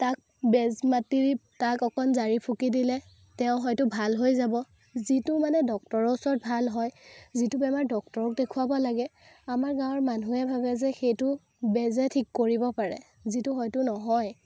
তাক বেজ মাতি তাক অকণ জাৰি ফুকি দিলে তেওঁ হয়তো ভাল হৈ যাব যিটো মানে ডক্তৰৰ ওচৰত ভাল হয় যিটো বেমাৰ ডক্তৰক দেখুৱাব লাগে আমাৰ গাঁৱৰ মানুহে ভাবে যে সেইটো বেজে ঠিক কৰিব পাৰে যিটো হয়তো নহয়